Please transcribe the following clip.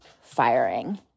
firing